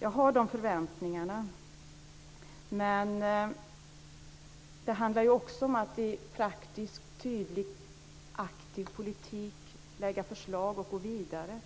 Jag har de förväntningarna. Men det handlar också om att i praktisk, tydlig, aktiv politik lägga fram förslag och gå vidare.